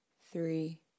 three